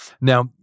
Now